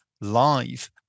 live